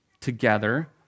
together